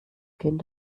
kind